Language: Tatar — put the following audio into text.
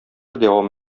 дәвам